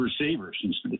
receivers